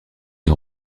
ont